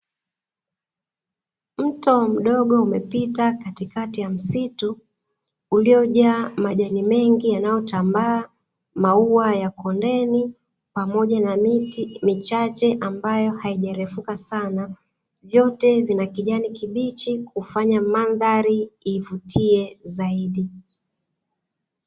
Mto mdogo umepita katikati ya msitu uliojaa majani mengi yanayotambaa, maua ya kondeni pamoja na miti michache ambayo haijarefuka sana. Vyote vina kijani kibichi kufanya mandhari ivutie zaidi.